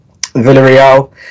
Villarreal